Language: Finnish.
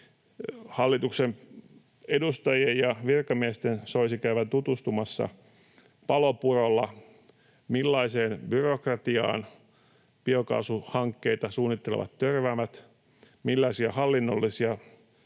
Hallituksen edustajien ja virkamiesten soisi käyvän tutustumassa Palopurolla, millaiseen byrokratiaan biokaasuhankkeita suunnittelevat törmäävät, millaisia hallinnollisia